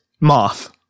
moth